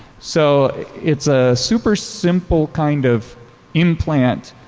so it's a super simple kind of implant